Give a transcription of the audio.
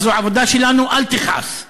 זאת העבודה שלנו, אל תכעס.